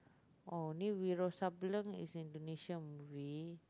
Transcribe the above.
oh ni Wiro-Sableng is Indonesian movie